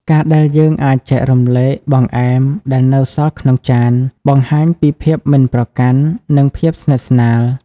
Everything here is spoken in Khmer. ការដែលយើងអាចចែករំលែកបង្អែមដែលនៅសល់ក្នុងចាន បង្ហាញពីភាពមិនប្រកាន់ និងភាពស្និទ្ធស្នាល។